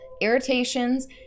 irritations